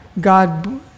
God